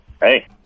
Hey